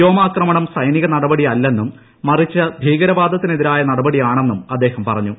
വ്യോമാക്രമണം സൈനിക നടപടിയല്ലെന്നും മറിച്ച് ഭീകരവാദത്തിനെതിരായ നടപടിയാണെന്നും അദ്ദേഹം പറഞ്ഞു